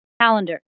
calendar